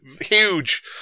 huge